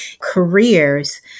careers